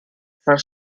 saint